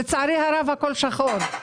לצערי הרב, הכול שחור.